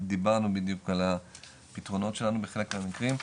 דיברנו בדיוק על הפתרונות שלנו בחלק מהמקרים,